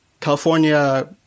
California